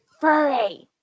Furry